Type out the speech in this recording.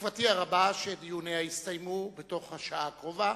תקוותי הרבה שדיוניה יסתיימו בתוך השעה הקרובה.